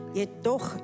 jedoch